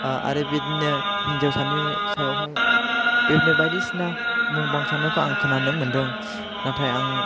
आरो बिदिनो हिन्जावसानि सायाव हाय बेबादिनो बायदिसिना मुं बांसावनायखौ आं खोनानो मोनदों नाथाय आं